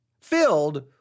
filled